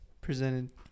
presented